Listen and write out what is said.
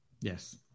Yes